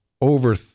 over